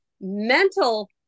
mental